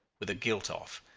with the gilt off,